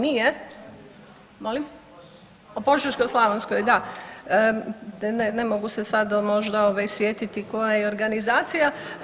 Nije? … [[Upadica se ne razumije.]] Molim? … [[Upadica se ne razumije.]] U Požeško-slavonskoj, da ne mogu se sad možda sjetiti koja je organizacija.